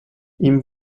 ihm